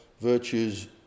virtues